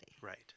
Right